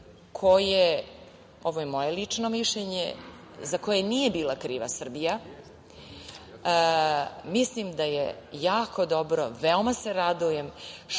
koje, ovo je moje lično mišljenje, a za koje nije bila kriva Srbija… Mislim da je jako dobro, veoma se radujem